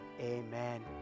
Amen